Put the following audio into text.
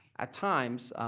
at times,